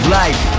life